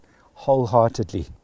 wholeheartedly